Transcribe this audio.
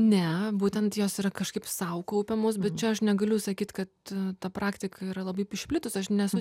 ne būtent jos yra kažkaip sau kaupiamos bet čia aš negaliu sakyt kad ta praktika yra labai išplitus aš nesu